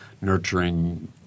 nurturing